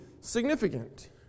significant